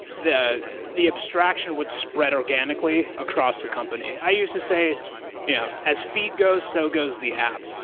the the abstraction would spread organically across the company. i used to say yeah as feed goes, so goes the app.